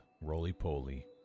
roly-poly